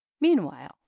meanwhile